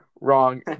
Wrong